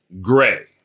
gray